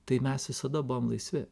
tai mes visada buvom laisvi